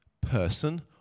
person